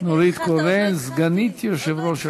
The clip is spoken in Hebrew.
נורית קורן, סגנית יושב-ראש הכנסת.